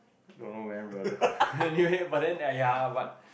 don't know man brother anyway but then !aiya! but